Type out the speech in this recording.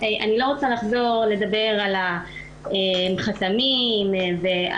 אני לא רוצה לחזור ולדבר על החסמים ועל